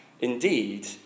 indeed